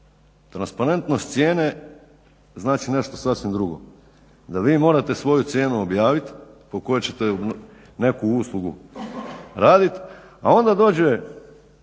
Transparentnost cijene znači nešto sasvim drugo. Da vi morate svoju cijenu objavit po kojoj ćete neku uslugu raditi, a onda dođe